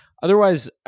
Otherwise